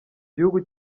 gihugu